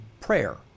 prayer